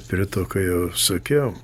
prie to ką jau sakiau